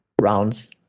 rounds